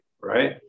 right